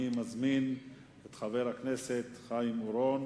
אני מזמין את חבר הכנסת חיים אורון.